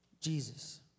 Jesus